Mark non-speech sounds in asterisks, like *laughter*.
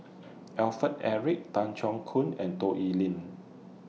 Alfred Eric Tan Keong Choon and Toh *unintelligible*